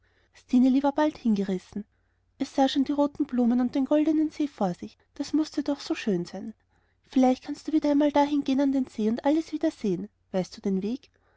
bald hingerissen es sah schon die roten blumen und den goldenen see vor sich das mußte doch so schön sein vielleicht kannst du wieder einmal dahin gehen an den see und alles wieder sehen weißt du den weg